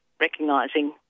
recognising